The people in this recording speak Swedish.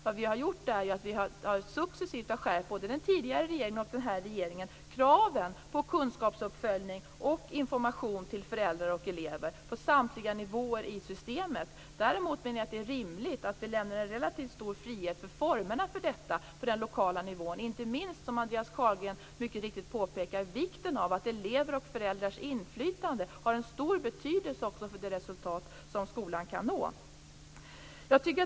Vad vi har gjort är att både den tidigare regeringen och den nuvarande successivt har skärpt kraven på kunskapsuppföljning och information till föräldrar och elever på samtliga nivåer i systemet. Däremot är det rimligt att vi lämnar en relativt stor frihet vad gäller formerna för detta till den lokala nivån, inte minst i och med att, som Andreas Carlgren mycket riktigt påpekar, elevers och föräldrars inflytande också har stor betydelse för det resultat som skolan kan nå.